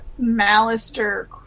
Malister